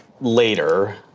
later